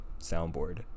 soundboard